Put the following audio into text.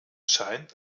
scheint